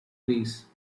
trees